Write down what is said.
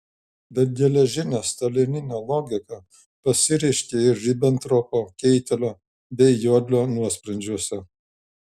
bet geležinė stalininė logika pasireiškė ir ribentropo keitelio bei jodlio nuosprendžiuose